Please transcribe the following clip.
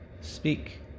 speak